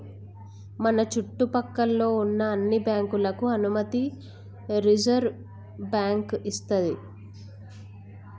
మన చుట్టు పక్కల్లో ఉన్న అన్ని బ్యాంకులకు అనుమతి రిజర్వుబ్యాంకు ఇస్తది